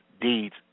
deeds